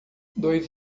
dois